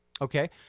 Okay